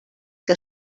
que